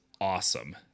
awesome